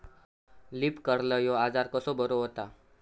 Leaf curl ह्यो आजार कसो बरो व्हता?